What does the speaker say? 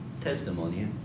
testimony